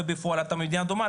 אבל בפועל אתה ממדינה אדומה,